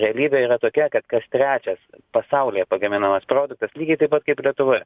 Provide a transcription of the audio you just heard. realybė yra tokia kad kas trečias pasaulyje pagaminamas produktas lygiai taip pat kaip lietuvoje